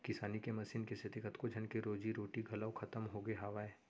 किसानी के मसीन के सेती कतको झन के रोजी रोटी घलौ खतम होगे हावय